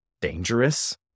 dangerous